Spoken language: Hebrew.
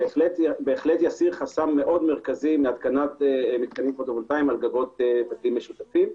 יסיר חסם מאוד מרכזי מהתקנת מתקנים פוטו ולטאיים על גגות בתים משותפים,